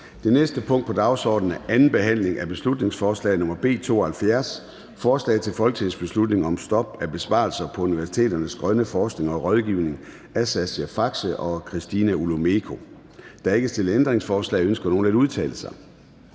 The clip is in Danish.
Det næste punkt på dagsordenen er: 4) 2. (sidste) behandling af beslutningsforslag nr. B 72: Forslag til folketingsbeslutning om stop af besparelser på universiteternes grønne forskning og rådgivning. Af Sascha Faxe (ALT) og Christina Olumeko (ALT). (Fremsættelse 15.11.2023. 1. behandling